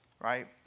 Right